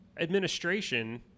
administration